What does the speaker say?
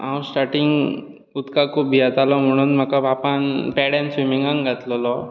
हांव स्टार्टींग उदकाक खूब भियेतालो म्हुणून म्हाका बापायन पेड्यान स्विमिंगाक घातलोलो